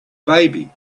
baby